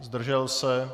Zdržel se?